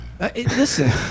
Listen